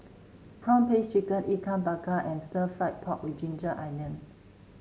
prawn paste chicken Ikan Bakar and stir fry pork with ginger onion